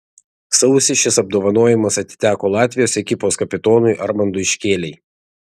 sausį šis apdovanojimas atiteko latvijos ekipos kapitonui armandui škėlei